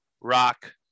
Rock